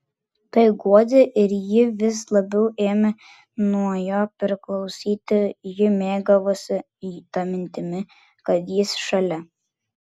tai guodė ir ji vis labiau ėmė nuo jo priklausyti ji mėgavosi ta mintimi kad jis šalia